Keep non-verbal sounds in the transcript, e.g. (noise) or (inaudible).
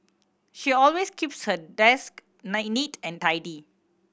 she always keeps her desk (unintelligible) neat and tidy